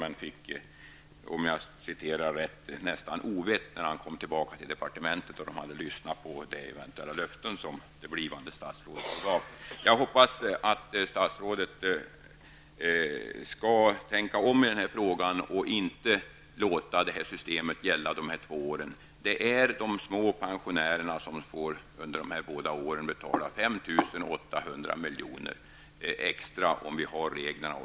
Men han fick nästan ovett när han kom till departementet, eftersom man där hade hört de löften som han hade givit. Jag hoppas att statsrådet skall tänka om i frågan och inte låta systemet gälla dessa två år. De är de små pensionärerna som under dessa år får betala 5 800 milj.kr. extra.